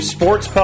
Sports